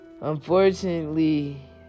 unfortunately